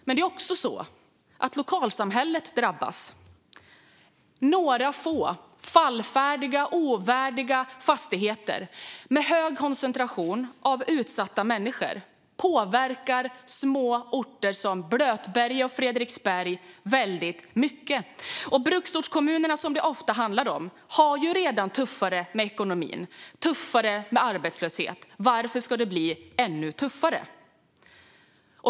Men även lokalsamhället drabbas. Några få fallfärdiga, ovärdiga fastigheter med hög koncentration av utsatta människor påverkar små orter som Blötberget och Fredriksberg väldigt mycket. Bruksortskommunerna, som det ofta handlar om, har det redan tuffare med ekonomin och med arbetslöshet. Varför ska det bli ännu tuffare?